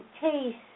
taste